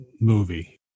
movie